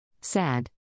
Sad